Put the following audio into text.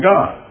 God